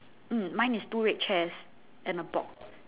mm mine is two red chairs and a box